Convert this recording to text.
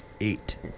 Eight